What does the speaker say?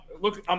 look